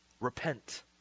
repent